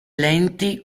lenti